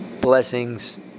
Blessings